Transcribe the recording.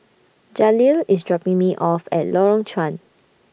Jaleel IS dropping Me off At Lorong Chuan